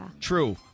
True